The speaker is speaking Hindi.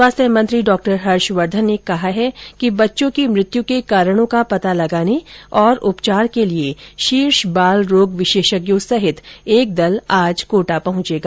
स्वास्थ्य मंत्री डॉक्टर हर्षवर्धन ने कहा है कि बच्चों की मृत्यु के कारणों का पता लगाने और उपचार के लिए शीर्ष बाल रोग विशेषज्ञों सहित एक दल आज कोटा पहुंचेगा